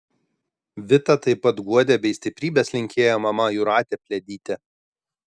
vitą taip pat guodė bei stiprybės linkėjo mama jūratė pliadytė